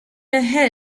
her